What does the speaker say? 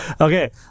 Okay